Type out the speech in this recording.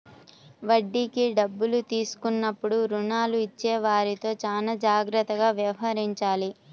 వడ్డీకి డబ్బులు తీసుకున్నప్పుడు రుణాలు ఇచ్చేవారితో చానా జాగ్రత్తగా వ్యవహరించాలి